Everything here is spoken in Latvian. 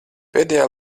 pēdējā